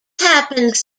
happens